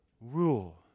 rule